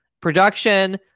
Production